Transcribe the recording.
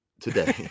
today